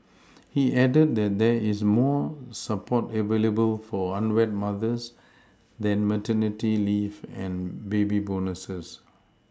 he added that there is more support available for unwed mothers than maternity leave and baby bonuses